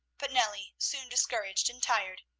but nellie soon discouraged and tired.